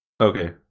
Okay